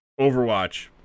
Overwatch